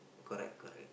correct correct